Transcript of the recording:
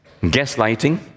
Gaslighting